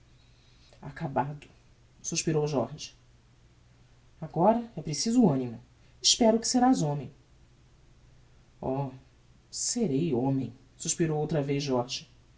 acabado suspirou jorge agora é preciso animo espero que serás homem oh serei homem suspirou outra vez jorge